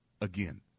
again